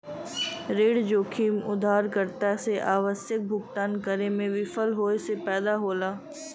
ऋण जोखिम उधारकर्ता से आवश्यक भुगतान करे में विफल होये से पैदा होला